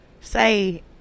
Say